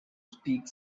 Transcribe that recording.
speak